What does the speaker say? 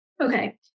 okay